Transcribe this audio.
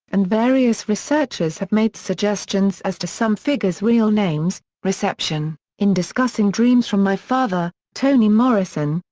and various researchers have made suggestions as to some figures' real names reception in discussing dreams from my father, toni morrison,